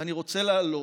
ואני רוצה לעלות,